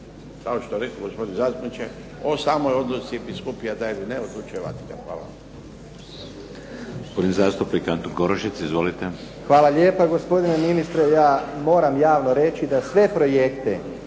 Kao što rekoh gospodine zastupniče, o samoj odluci biskupije da ili ne odlučuje Vatikan. Hvala.